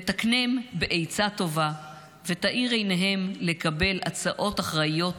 ותקנם בעצה טובה ותאיר עיניהם לקבל הצעות אחראיות